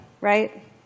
right